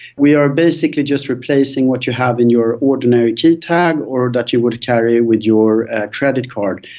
we are basically just replacing what you have in your ordinary key tag or that you would carry with your credit card.